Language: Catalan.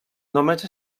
només